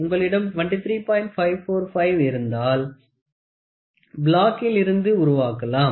545 இருந்தால் பிளாக்கிளிருந்து உருவாக்கலாம்